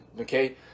Okay